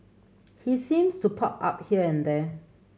he seems to pop up here and there